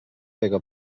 pega